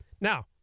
Now